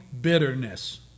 bitterness